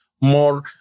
more